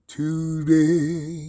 today